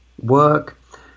work